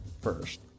first